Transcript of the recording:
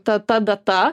ta ta data